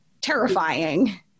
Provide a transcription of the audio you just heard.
terrifying